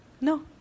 No